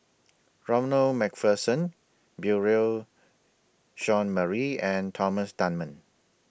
Ronald MacPherson Beurel Jean Marie and Thomas Dunman